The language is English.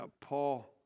Paul